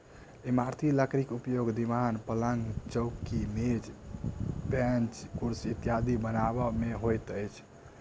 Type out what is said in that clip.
इमारती लकड़ीक उपयोग दिवान, पलंग, चौकी, मेज, बेंच, कुर्सी इत्यादि बनबय मे होइत अछि